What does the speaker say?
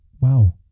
wow